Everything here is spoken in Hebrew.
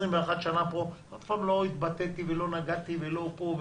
במשך 21 שנים פה אף פעם לא התבטאתי ולא נגעתי בזה.